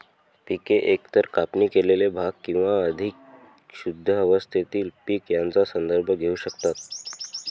पिके एकतर कापणी केलेले भाग किंवा अधिक शुद्ध अवस्थेतील पीक यांचा संदर्भ घेऊ शकतात